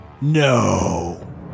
No